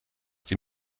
die